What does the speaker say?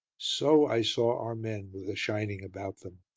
so i saw our men with a shining about them,